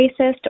racist